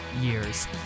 years